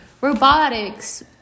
robotics